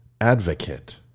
advocate